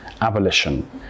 abolition